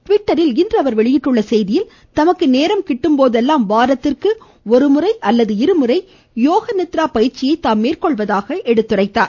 ட்விட்டரில் இன்று அவர் வெளியிட்டுள்ள செய்தியில் தமக்கு நேரம் கிட்டும்போதெல்லாம் வாரத்திற்கு ஒருமுறை அல்லது இருமுறை யோக நித்ரா பயிற்சியை தாம் மேற்கொள்வதாக கூறினார்